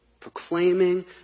proclaiming